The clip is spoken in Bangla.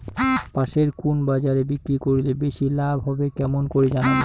পাশের কুন বাজারে বিক্রি করিলে বেশি লাভ হবে কেমন করি জানবো?